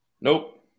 Nope